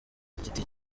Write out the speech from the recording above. giti